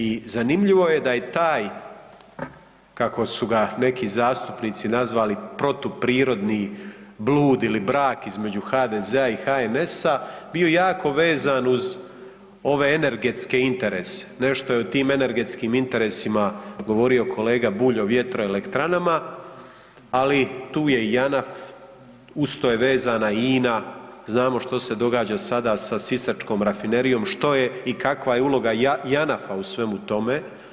I zanimljivo je da je taj, kako su ga neki zastupnici nazvali protuprirodni blud ili brak između HDZ-a i HNS-a bio jako vezan uz ove energetske interese, nešto je o tim energetskim interesima govorio kolega Bulj o vjetroelekranama ali tu je JANAF, uz to je vezana i INA, znamo što se događa sada sa sisačkom rafinerijom što je i kakva je uloga JANAF-a u svemu tome.